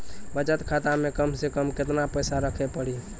बचत खाता मे कम से कम केतना पैसा रखे पड़ी?